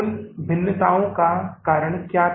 उन भिन्नताओं का कारण क्या था